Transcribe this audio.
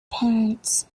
parents